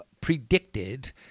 predicted